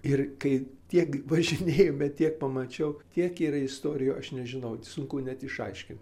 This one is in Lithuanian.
ir kai tiek važinėju bet tiek pamačiau tiek ir istorijų aš nežinau sunku net išaiškint